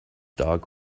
dog